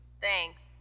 Thanks